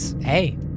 Hey